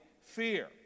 fear